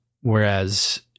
whereas